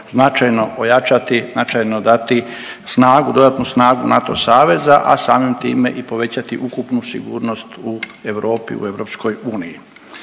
značajno ojačati, značajno dati snagu, dodatnu snagu NATO saveza, a samim time i povećati ukupnu sigurnost u Europi, u EU.